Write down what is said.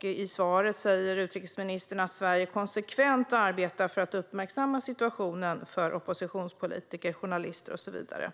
I svaret säger utrikesministern att Sverige konsekvent arbetar för att uppmärksamma situationen för oppositionspolitiker, journalister och så vidare.